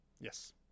yes